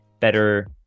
better